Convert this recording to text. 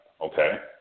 Okay